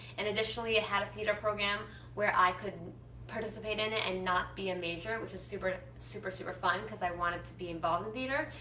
and additionally, it had a theatre program where i could participate in it and not be a major, which is super, super super fun because i wanted to be involved in theatre,